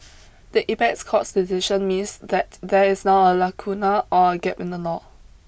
the apex court's decision means that there is now a lacuna or a gap in the law